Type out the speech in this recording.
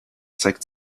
zeigt